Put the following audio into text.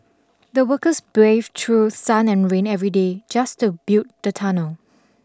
the workers braved through sun and rain every day just to build the tunnel